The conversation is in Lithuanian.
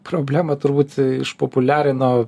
problemą turbūt išpopuliarino